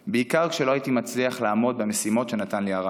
בעיקר כשלא הייתי מצליח לעמוד במשימות שנתן לי הרב.